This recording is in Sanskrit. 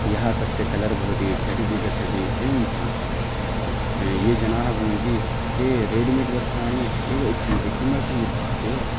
यः तस्य कलर् भवति झटिति गच्छति एवं च ये ये जनाः भवन्ति ते रेडिमेड् वस्त्राणि एव इच्छन्ति किमर्थम् इत्युक्ते